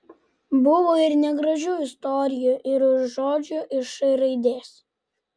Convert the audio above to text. buvo ir negražių istorijų ir žodžių iš š raidės